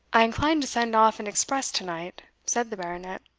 i incline to send off an express to-night, said the baronet.